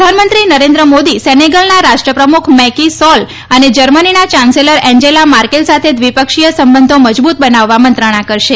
પ્રધાનમંત્રી નરેન્દ્ર મોદી સેનેગલના રાષ્ટ્રપ્રમુખ મેકી સોલ અને જર્મનીના યાન્સેલર એન્જેલા મારકેલ સાથે દ્વિપક્ષીય સંબંધો મજબૂત બનાવવા મંત્રણા કરશે